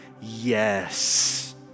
yes